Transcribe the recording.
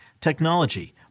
technology